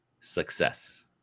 success